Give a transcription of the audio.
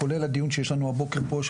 כולל הדיון שיש לנו הבוקר פה,